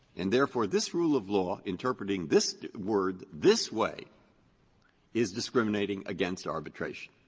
and therefore, this rule of law interpreting this word this way is discriminating against arbitration.